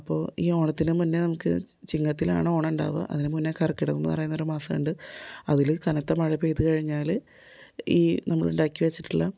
അപ്പോൾ ഈ ഓണത്തിന് മുന്നേ നമുക്ക് ചിങ്ങത്തിലാണ് ഓണം ഉ ണ്ടാവുക അതിന് മുന്നേ കർക്കിടകം എന്ന് പറയുന്നൊരു മാസം ഉണ്ട് അതിൽ കനത്ത മഴ പെയ്ത് കഴിഞ്ഞാൽ ഈ നമ്മൾ ഉണ്ടാക്കി വച്ചിട്ടുള്ള